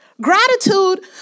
Gratitude